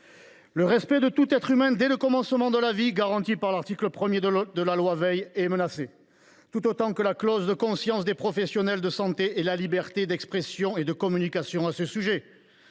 Le respect de tout être humain dès le commencement de la vie », garanti par l’article 1 de la loi Veil, est menacé, tout autant que la clause de conscience des professionnels de santé et la liberté d’expression et de communication à ce sujet.